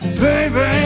baby